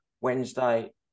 Wednesday